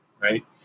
right